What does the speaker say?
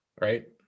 right